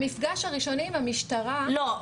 המפגש הראשוני עם המשטרה --- לא,